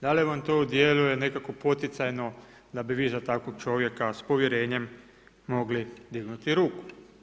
Da li vam to djeluje nekako poticajno da bi za takvog čovjeka s povjerenjem mogli dignuti ruku?